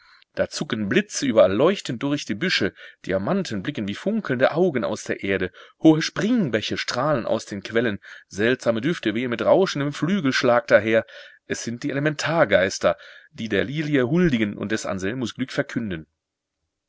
da zucken blitze überall leuchtend durch die büsche diamanten blicken wie funkelnde augen aus der erde hohe springbäche strahlen aus den quellen seltsame düfte wehen mit rauschendem flügelschlag daher es sind die elementargeister die der lilie huldigen und des anselmus glück verkünden